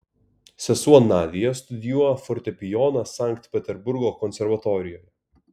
sesuo nadia studijuoja fortepijoną sankt peterburgo konservatorijoje